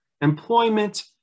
employment